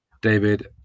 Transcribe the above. David